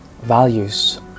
values